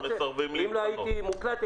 אם לא הייתי מוקלט,